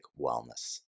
Wellness